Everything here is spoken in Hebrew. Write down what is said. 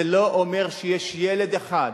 זה לא אומר שיש ילד אחד,